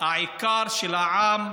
העיקר של העם,